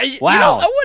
Wow